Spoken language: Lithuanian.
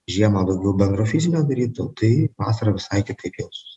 žiemą daugiau bendro fizinio daryt o tai vasarą visai kitaip jausis